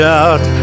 out